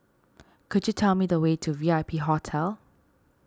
could you tell me the way to V I P Hotel